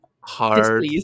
hard